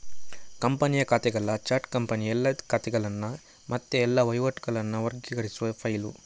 ಕಂಪನಿಯ ಖಾತೆಗಳ ಚಾರ್ಟ್ ಕಂಪನಿಯ ಎಲ್ಲಾ ಖಾತೆಗಳನ್ನ ಮತ್ತೆ ಎಲ್ಲಾ ವಹಿವಾಟುಗಳನ್ನ ವರ್ಗೀಕರಿಸುವ ಫೈಲು